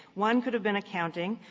one could have been accounting.